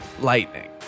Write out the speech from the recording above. Lightning